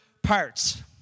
parts